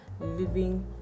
living